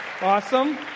Awesome